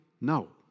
No